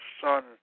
Son